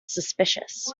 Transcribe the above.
suspicious